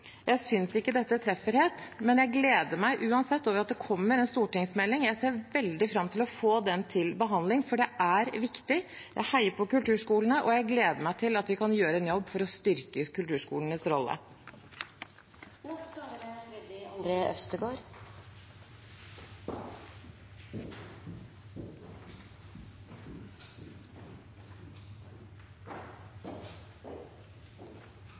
det kommer en stortingsmelding. Jeg ser veldig fram til å få den til behandling, for det er viktig. Jeg heier på kulturskolene, og jeg gleder meg til at vi kan gjøre en jobb for å styrke kulturskolenes rolle. Alle barn og unge har rett etter barnekonvensjonen til å delta i kunst- og kulturaktiviteter. Det er